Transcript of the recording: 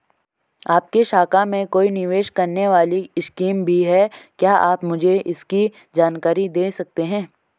आपकी शाखा में कोई निवेश करने वाली स्कीम भी है क्या आप मुझे इसकी जानकारी दें सकते हैं?